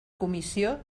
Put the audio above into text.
comissió